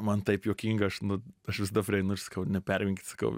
man taip juokinga aš nu aš visada prieinu ir sakiau neperjunkit sakau